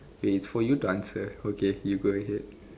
eh for you to answer okay you go ahead